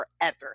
forever